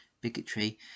bigotry